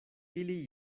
ili